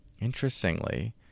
Interestingly